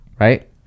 right